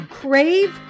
crave